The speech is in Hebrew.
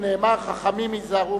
נאמר: חכמים היזהרו